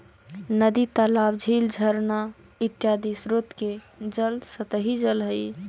नदी तालाब, झील झरना इत्यादि स्रोत के जल सतही जल हई